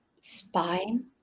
spine